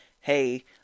hey